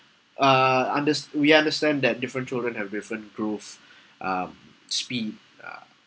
uh unders~ we understand that different children have different growth up speed ah